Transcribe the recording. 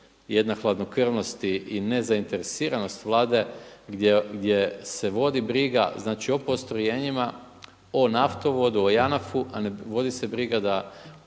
jedna hladnokrvnost i nezainteresirano Vlade gdje se vodi briga, znači o postrojenjima o naftovodu, o JANAF-u a ne vodi se briga da